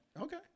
okay